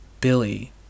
Billy